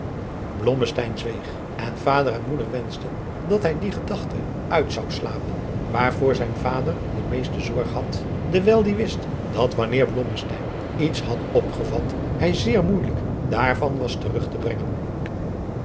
zweeg en vader en moeder wenschten dat hij die gedachte uit zou slapen waarvoor zijn vader de meeste zorg had dewijl die wist dat wanneer blommesteyn iets had opgevat hij zeer moeijelijk daarvan was terug te brengen